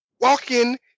walking